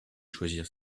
choisir